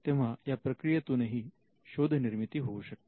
तेव्हा या प्रक्रियेतून ही शोध निर्मिती होऊ शकते